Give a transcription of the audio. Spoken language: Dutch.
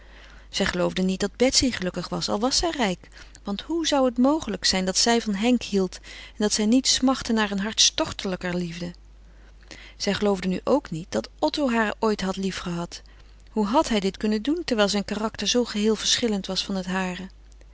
zij geloofde niet dat betsy gelukkig was al was zij rijk want hoe zou het mogelijk zijn dat zij van henk hield en dat zij niet smachtte naar een hartstochtelijke liefde zij geloofde nu ook niet dat otto haar ooit had lief gehad hoe had hij dit kunnen doen terwijl zijn karakter zoo geheel verschillend was van het hare